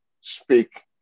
speak